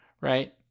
Right